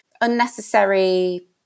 unnecessary